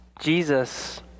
Jesus